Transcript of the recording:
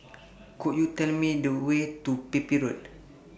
Could YOU Tell Me The Way to Pepys Road